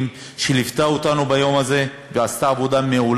תודה רבה לכם.